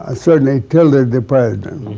ah certainly tilted the president,